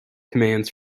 commands